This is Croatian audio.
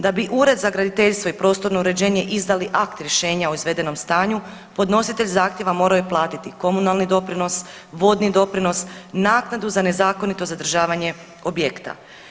Da bi Ured za graditeljstvo i prostorno uređenje izdali akt rješenja o izvedenom stanju podnositelj zahtjeva morao je platiti komunalni doprinos, vodni doprinos, naknadu za nezakonito zadržavanje objekta.